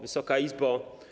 Wysoka Izbo!